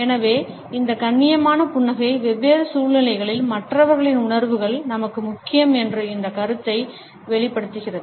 எனவே இந்த கண்ணியமான புன்னகை வெவ்வேறு சூழ்நிலைகளில் மற்றவர்களின் உணர்வுகள் நமக்கு முக்கியம் என்ற இந்த கருத்தை வெளிப்படுத்துகிறது